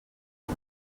del